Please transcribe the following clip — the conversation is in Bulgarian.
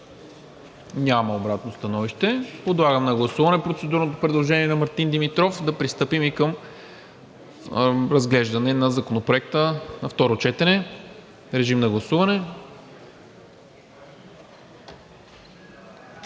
ли обратно становище? Няма. Подлагам на гласуване процедурното предложение на Мартин Димитров да пристъпим към разглеждане на Законопроекта на второ четене. Гласували